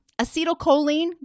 Acetylcholine